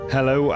Hello